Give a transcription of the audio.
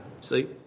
see